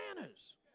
manners